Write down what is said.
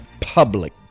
public